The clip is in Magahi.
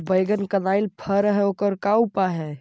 बैगन कनाइल फर है ओकर का उपाय है?